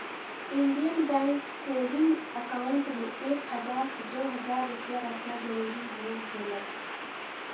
Indian Bank saving account में एक हजार से दो हजार रुपया रखना जरूरी हो गेलय